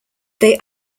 they